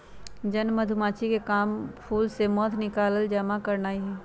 जन मधूमाछिके काम फूल से मध निकाल जमा करनाए हइ